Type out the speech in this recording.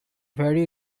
very